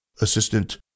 assistant